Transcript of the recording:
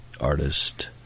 artist